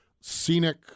scenic